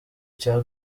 cya